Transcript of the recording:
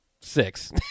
six